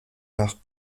nach